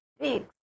big